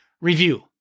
review